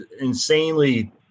insanely